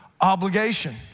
obligation